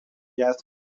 gas